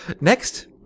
Next